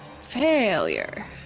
Failure